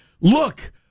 Look